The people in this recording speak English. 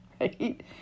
right